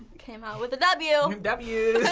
came out with a w. w.